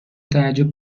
تعجب